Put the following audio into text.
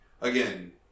again